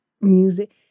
music